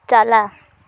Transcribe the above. ᱪᱟᱞᱟ